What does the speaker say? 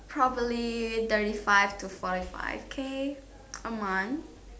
probably thirty five to forty five K a month